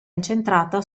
incentrata